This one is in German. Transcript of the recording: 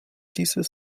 dieses